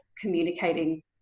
communicating